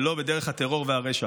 ולא בדרך הטרור והרשע.